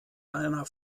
einer